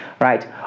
Right